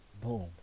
Boom